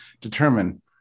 determine